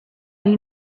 you